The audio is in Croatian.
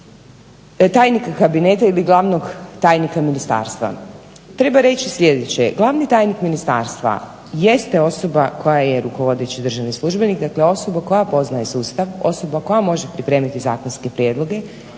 tajnik kabineta ili glavnog tajnika ministarstva. Treba reći sljedeće glavni tajnik ministarstva jeste osoba koja je rukovodeći državni službenik, dakle osoba koja poznaje sustav, osoba koja može pripremiti zakonske prijedloge,